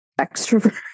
extrovert